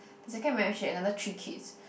second marriage she had another three kids